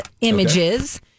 images